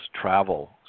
travel